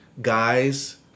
guys